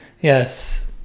yes